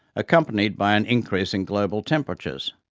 accompanied by an increase in global temperatures.